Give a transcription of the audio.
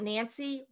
Nancy